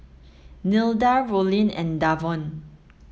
Nilda Rollin and Davon